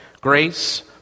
grace